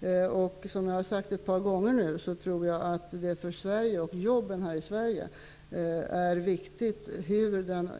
Jag tror, som jag nu har sagt ett par gånger, att det för Sverige och för jobben här är viktigt hur den